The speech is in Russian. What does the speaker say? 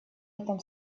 этом